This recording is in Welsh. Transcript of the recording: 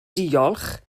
diolch